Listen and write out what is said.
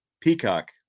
peacock